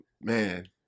Man